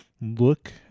look